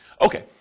Okay